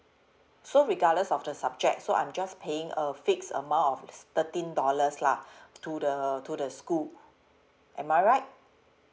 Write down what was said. so regardless of the subject so I'm just paying a fixed amount of thirteen dollars lah to the to the school am I right